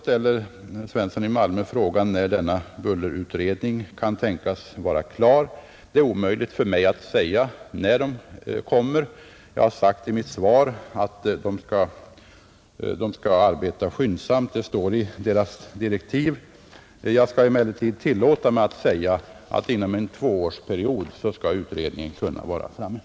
Herr Svensson i Malmö frågar när bullerutredningen kan tänkas vara klar. Det är omöjligt för mig att säga när den kommer. Jag har i mitt svar sagt att utredningen skall arbeta skyndsamt. Det står i direktiven. Jag skall emellertid tillåta mig att säga att utredningen skall kunna vara färdig inom en tvåårsperiod.